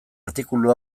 artikulu